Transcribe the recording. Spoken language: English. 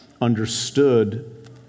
understood